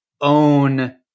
own